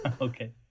Okay